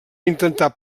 intentar